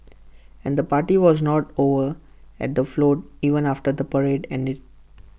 and the party was not over at the float even after the parade ended